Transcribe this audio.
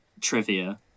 trivia